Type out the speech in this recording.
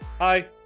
Hi